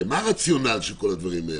הרי מה הרציונל של כל הדברים האלה?